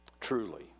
truly